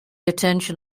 attention